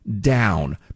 down